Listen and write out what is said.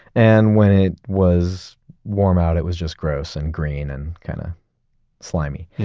and when it was warm out, it was just gross and green and kind of slimy.